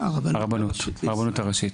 הרבנות הראשית.